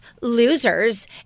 losers